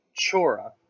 Chora